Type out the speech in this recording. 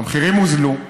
המחירים ירדו,